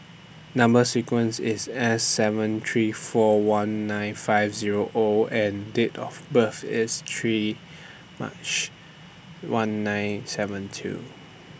Number sequence IS S seven three four one nine five Zero O and Date of birth IS three March one nine seven two